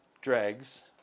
Dregs